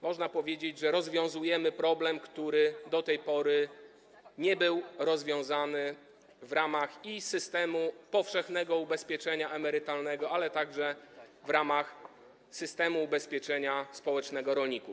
Można powiedzieć, że rozwiązujemy problem, który do tej pory nie był rozwiązany w ramach systemu powszechnego ubezpieczenia emerytalnego, ale także w ramach systemu ubezpieczenia społecznego rolników.